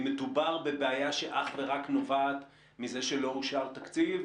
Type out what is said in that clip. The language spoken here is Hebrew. האם מדובר בבעיה שנובעת אך ורק מכך שלא אושר תקציב,